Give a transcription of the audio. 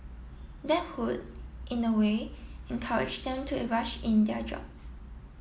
that would in a way encourage them to rush in their jobs